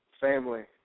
family